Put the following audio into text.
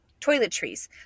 toiletries